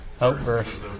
Outburst